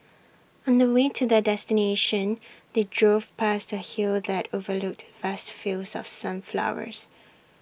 on the way to their destination they drove past A hill that overlooked vast fields of sunflowers